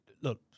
look